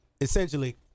essentially